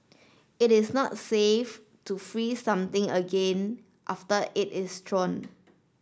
it is not safe to freeze something again after it is thawed